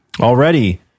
already